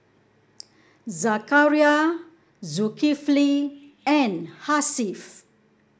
Zakaria Zulkifli and Hasif